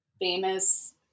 famous